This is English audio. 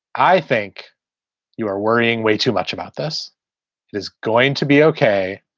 i think you are worrying way too much about this. it is going to be ok.